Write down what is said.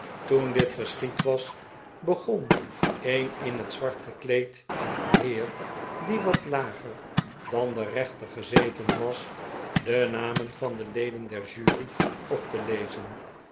toen dit geschied was begon een in het zw art gekleed heer die wat lager dan de rechter gezeten was de namen van de leden der jury op te lezen